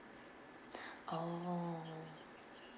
oh